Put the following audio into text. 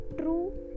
true